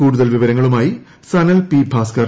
കൂടുതൽ വിവരങ്ങളുമായി സനൽ പി ഭാസ്കർ